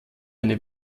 eine